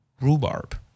Rhubarb